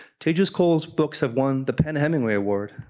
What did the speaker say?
teju cole's books have won the pen hemingway award,